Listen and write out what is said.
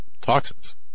toxins